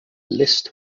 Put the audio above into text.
list